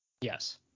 Yes